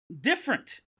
different